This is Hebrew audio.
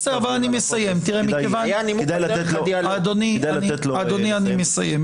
בסדר, אבל אני מסיים, אדוני אני מסיים.